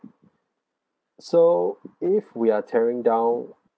so if we are tearing down